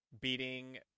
Beating